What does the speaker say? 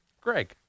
Greg